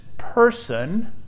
person